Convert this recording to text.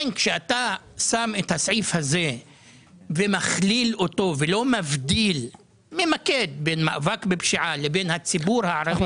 אתה שם את הסעיף הזה בלי להבדיל בין המאבק בפשיעה לבין הציבור הערבי.